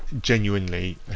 genuinely